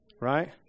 right